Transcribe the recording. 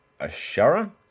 Ashara